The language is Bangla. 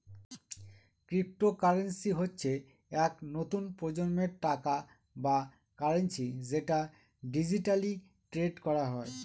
ক্রিপ্টোকারেন্সি হচ্ছে এক নতুন প্রজন্মের টাকা বা কারেন্সি যেটা ডিজিটালি ট্রেড করা হয়